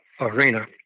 Arena